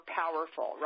powerful